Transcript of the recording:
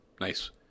nice